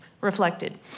reflected